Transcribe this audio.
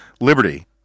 liberty